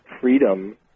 freedom